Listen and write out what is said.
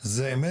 זה אמת?